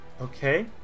Okay